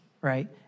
right